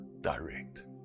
direct